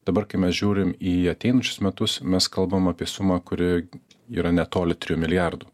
dabar kai mes žiūrim į ateinančius metus mes kalbam apie sumą kuri yra netoli trijų milijardų